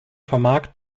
vermag